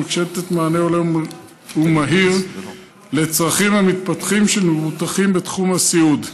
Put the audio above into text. ומתקשים לתת מענה הולם ומהיר לצרכים המתפתחים של מבוטחים בתחום הסיעוד.